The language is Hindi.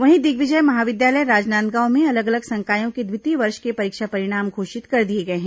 वहीं दिग्विजय महाविद्यालय राजनांदगांव में अलग अलग संकायों के द्वितीय वर्ष के परीक्षा परिणाम घोषित कर दिए गए हैं